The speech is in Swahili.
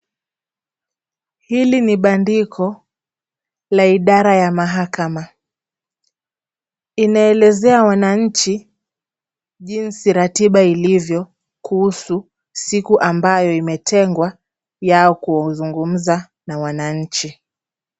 Hili ni bandiko la idara ya mahakama. Inaelezea wananchi jinsi ratiba ilivyo kuhusu siku ambayo imetengwa yao kuzungumza na wananchi.